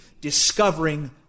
discovering